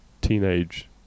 teenage